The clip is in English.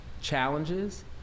challenges